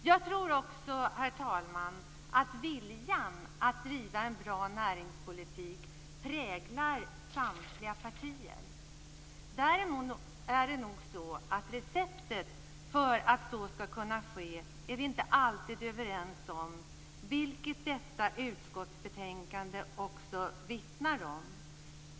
Jag tror också - herr talman - att viljan att driva en bra näringspolitik präglar samtliga partier. Däremot är det nog så att vi inte alltid är överens om receptet för att så skall kunna ske, vilket detta utskottsbetänkande också vittnar om.